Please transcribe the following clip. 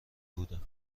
بودم